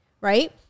right